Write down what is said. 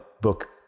book